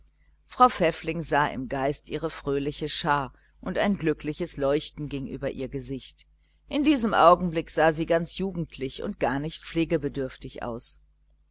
frau pfäffling sah im geist ihre fröhliche schar und ein glückliches leuchten ging über ihr gesicht in diesem augenblick sah sie ganz jugendlich gar nicht pflegebedürftig aus